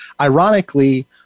Ironically